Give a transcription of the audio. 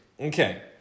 Okay